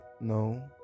No